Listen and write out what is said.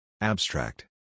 Abstract